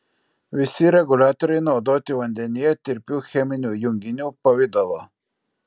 visi reguliatoriai naudoti vandenyje tirpių cheminių junginių pavidalo